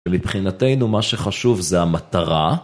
ולבחינתנו מה שחשוב זה המטרה.